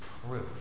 proof